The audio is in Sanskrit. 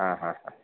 हा हा हा